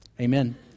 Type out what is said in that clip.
Amen